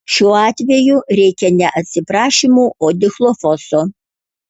šiuo atveju reikia ne atsiprašymų o dichlofoso